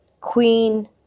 queen